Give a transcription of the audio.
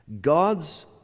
god's